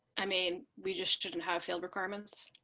i mean we just shouldn't have field requirements.